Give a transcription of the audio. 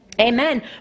Amen